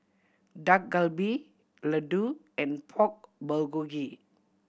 Dak Galbi Ladoo and Pork Bulgogi